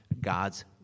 God's